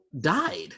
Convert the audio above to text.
died